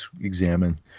examine